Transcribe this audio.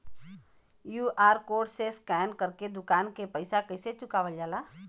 QR code से scan कर के दुकान के पैसा कैसे चुकावल जाला?